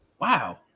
Wow